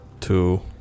two